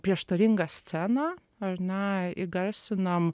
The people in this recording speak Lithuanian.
prieštaringą sceną ar ne įgarsinam